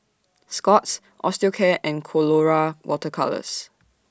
Scott's Osteocare and Colora Water Colours